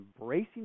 embracing